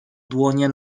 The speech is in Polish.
dłonie